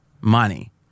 money